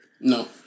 No